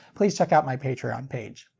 please check out my patreon page.